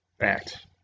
act